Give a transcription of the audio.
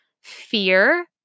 fear